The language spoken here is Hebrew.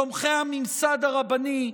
תומכי הממסד הרבני,